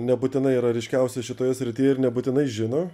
nebūtinai yra ryškiausia šitoje srityje ir nebūtinai žino